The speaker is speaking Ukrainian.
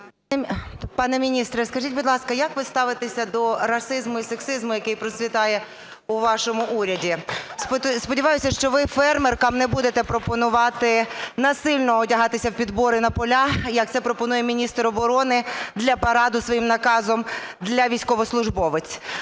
Пане міністре, скажіть, будь ласка, як ви ставитеся до расизму і сексизму, який процвітає у вашому уряді? Сподіваюся, що ви фермеркам не будете пропонувати насильно вдягатися у підбори на поля, як це пропонує міністр оборони для параду своїм наказом для військовослужбовиць.